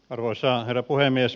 arvoisa herra puhemies